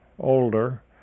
older